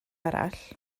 arall